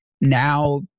now